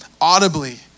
audibly